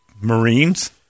Marines